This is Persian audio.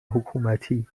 حکومتی